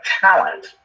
talent